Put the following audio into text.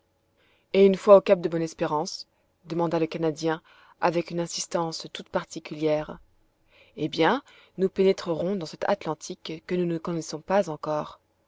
et une fois au cap de bonne-espérance demanda le canadien avec une insistance toute particulière eh bien nous pénétrerons dans cet atlantique que nous ne connaissons pas encore